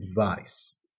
advice